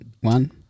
One